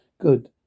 good